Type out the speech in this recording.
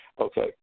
Okay